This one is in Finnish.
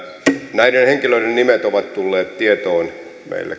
näiden henkilöiden nimet ovat tulleet tietoon meille